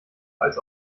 als